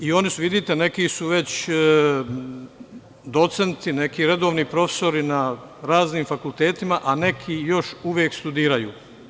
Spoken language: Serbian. Vidite, neki su već docenti, neki redovni profesori na raznim fakultetima, a neki još uvek studiraju.